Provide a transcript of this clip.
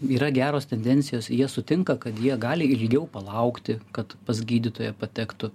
yra geros tendencijos jie sutinka kad jie gali ilgiau palaukti kad pas gydytoją patektų